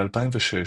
ב-2006,